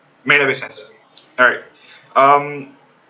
marina bay sands alright um